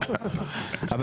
על.